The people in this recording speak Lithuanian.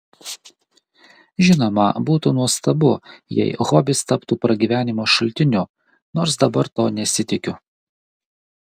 žinoma būtų nuostabu jei hobis taptų pragyvenimo šaltiniu nors dabar to nesitikiu